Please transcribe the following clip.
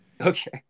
okay